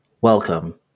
Welcome